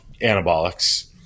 anabolics